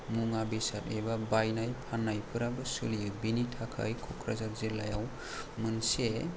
मुवा बेसाद एबा बायनाय फान्नायफोराबो सोलियो बेनि थाखाय क'क्राझार जिल्लायाव मोनसे